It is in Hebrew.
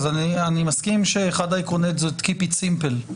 אני מסכים שאחד העקרונות הוא לשמור אותו פשוט.